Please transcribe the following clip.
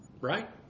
right